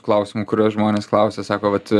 klausimų kuriuos žmonės klausia sako vat